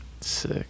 Sick